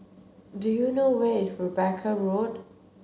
do you know where is Rebecca Road